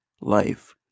life